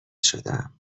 شدم